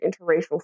interracial